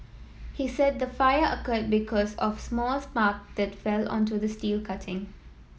he said the fire occurred because of small spark that fell onto the steel cutting